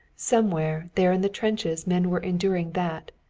somewhere there in the trenches men were enduring that,